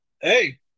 hey